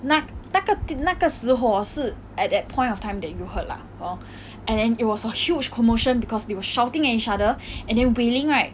那那个那个时候 hor 是 at that point of time that you heard lah hor and then it was a huge commotion because they were shouting at each other and then wei ling right